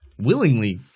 willingly